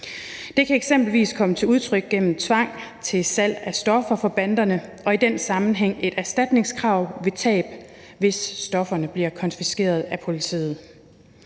Det kan f.eks. komme til udtryk gennem tvang til salg af stoffer for banderne og i den sammenhæng et erstatningskrav ved tab, hvis stofferne bliver konfiskeret af politiet.